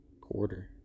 Quarter